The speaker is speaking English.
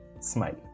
smile